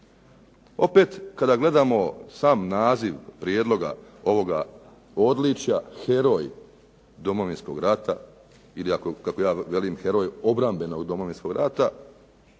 Opet, kada gledamo sam naziv prijedloga ovoga odličja, heroj Domovinskog rata ili kako ja velim heroj obrambenog Domovinskog rata,